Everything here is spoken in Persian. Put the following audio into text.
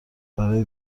برای